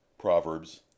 Proverbs